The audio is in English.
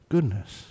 Goodness